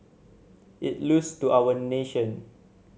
it loss to our nation